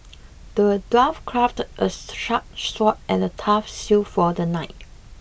the dwarf crafted a sharp sword and a tough shield for the knight